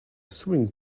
swimming